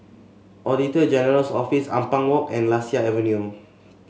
Auditor General's Office Ampang Walk and Lasia Avenue